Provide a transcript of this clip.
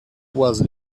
was